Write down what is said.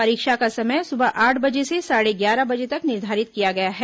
परीक्षा का समय सुबह आठ बजे से साढ़े ग्यारह बजे तक निर्धारित किया गया है